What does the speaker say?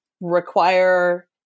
require